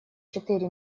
четыре